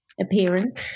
Appearance